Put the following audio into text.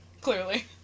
Clearly